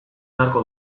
beharko